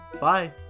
bye